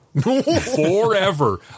forever